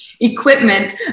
equipment